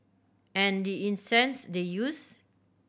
and the incense they used